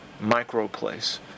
Microplace